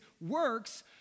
works